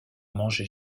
manger